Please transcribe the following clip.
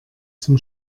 zum